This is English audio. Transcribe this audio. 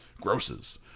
grosses